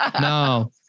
No